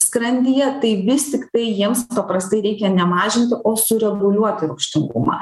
skrandyje tai vis tiktai jiems paprastai reikia ne mažint o sureguliuoti rūgštingumą